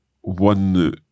one